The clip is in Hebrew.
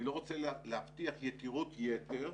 אני לא רוצה להבטיח יתירות יתר,